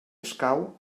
escau